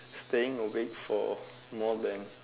staying awake for more than